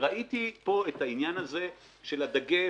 ראיתי פה את העניין הזה של הדגש